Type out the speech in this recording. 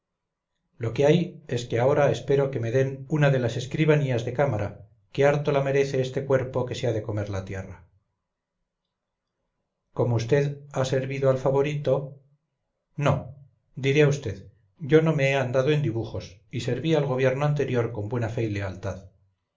lo que hay es que ahora espero que me den una de las escribanías de cámara que harto la merece este cuerpo que se ha de comer la tierra como vd ha servido al favorito no diré a vd yo no me he andado en dibujos y serví al gobierno anterior con buena fe y lealtad